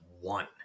one